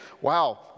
wow